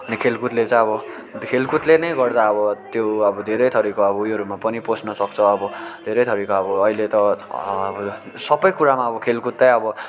अनि खेलकुदले चाहिँ अब खेलकुदले नै गर्दा अब त्यो अब धेरै थरिको अब उयोहरूमा पनि पस्न सक्छ अब धेरै थरिको अब अहिले त अब सबै कुरामा अब खेलकुद चाहिँ अब